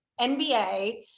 NBA